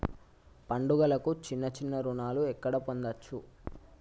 పండుగలకు చిన్న చిన్న రుణాలు ఎక్కడ పొందచ్చు?